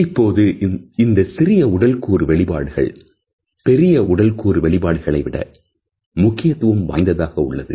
இப்போது இந்த சிறிய உடல்கூறு வெளிப்பாடுகள் பெரிய உடல்கூறு வெளிப்பாடுகளை விட முக்கியத்துவம் வாய்ந்ததாக உள்ளது